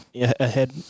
ahead